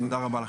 תודה רבה.